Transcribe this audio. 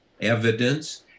evidence